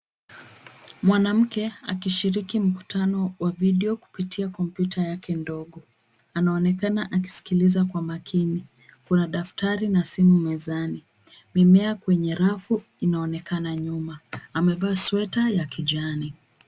Mwanamke akishiriki mkitano wa video kupitia kompyuta yake ndogo. Anaonekana akisikiliza kwa makini. Kuna daftari na simu mezani. Mimea kwenye rafu inaonekana nyuma. Amevaa sweta ya kijani.